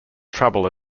trouble